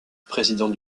président